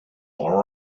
more